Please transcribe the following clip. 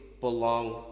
belong